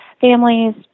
families